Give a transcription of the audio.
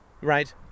Right